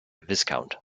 viscount